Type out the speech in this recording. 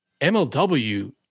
MLW